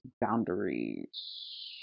boundaries